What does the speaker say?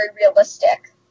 realistic